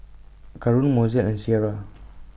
Karon Mozell and Sierra